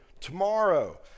tomorrow